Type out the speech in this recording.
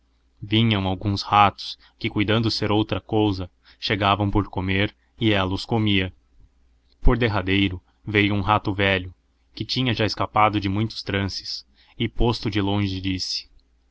fi guns ratos que cuidando ser outra cousa chegavaô pordomer e el la os comia por derradeiro veio hum rato velho que tinha já escapado de muitos trances e posto de longe disse